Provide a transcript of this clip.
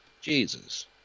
jesus